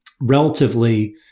relatively